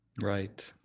Right